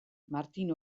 martin